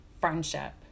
friendship